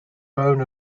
bone